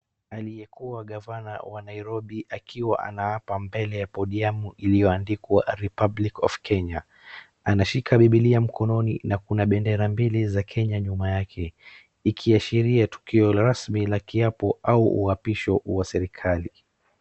Aliyekuwa gavana wa Nairobi akiwa anaapa mbele ya podiamu iliyoandikwa Republic of Kenya anashika bibilia mkononi na kuna bendera mbili za Kenya nyuma yake, ikiashiria tukio rasmi la kiapo au uapisho wa serikali.